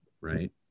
right